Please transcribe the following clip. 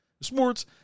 sports